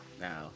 Now